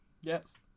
Yes